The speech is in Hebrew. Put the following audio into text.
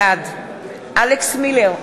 בעד אלכס מילר,